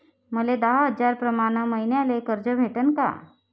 मले दहा हजार प्रमाण मईन्याले कर्ज भेटन का?